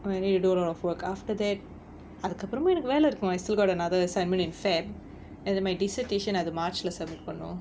I need to do a lot of work after that அதுக்கு அப்புறமும் எனக்கு வேல இருக்கும்:athukku appuramum enakku vela irukkum I still got another assignment in february and then my dissertation அது:athu march leh submit பண்ணனும்:pannanum